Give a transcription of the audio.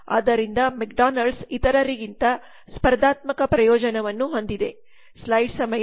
ಆದ್ದರಿಂದ ಮೆಕ್ಡೊನಾಲ್ಡ್ಸ್ ಇತರರಿಗಿಂತ ಸ್ಪರ್ಧಾತ್ಮಕ ಪ್ರಯೋಜನವನ್ನು ಹೊಂದಿದೆ